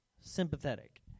sympathetic